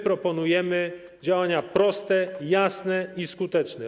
Proponujemy działania proste, jasne i skuteczne.